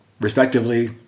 respectively